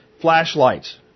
flashlights